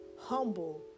humble